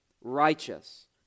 righteous